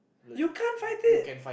you can't fight it